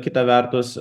kita vertus